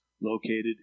located